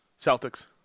Celtics